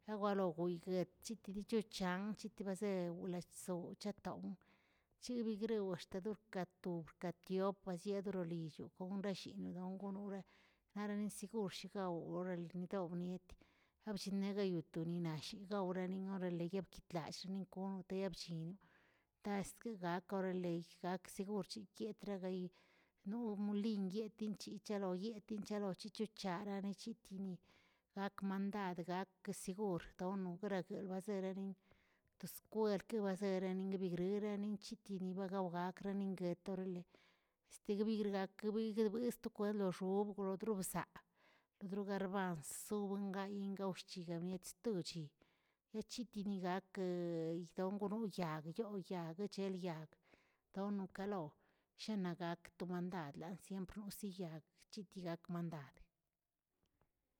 Yawaloguyguet chiticidochan chitibaze wlatzoꞌw chaton, chibigrawn axtadon gatobrgatiop basdirardololichon konganeshinidon gonoren arsshegurs gawꞌ orale gawꞌ niet, gablinnegayoto ninaꞌashi gawnera oarle yebkitlallin gonteb llinitabstigak orale aksegurchibiet legayi, noblinyet chichalonyetn lochichucharaꞌa yichitinin, gakmandad kesegur don nograguerbazerelin to skwelke baserenin gregregarin yitinin bagrew gakə nguet orale este gribigakrebiri gribe sto kwaart xob lodrok bzaa, lodro garbans zowengayin gawxc̱higan bietstuchi echitinigakə gueydongono yag yoo yag guechelyag, gaodokanol shenaa gak to mandad lansiempr nosi yag chitgui gaka mandad.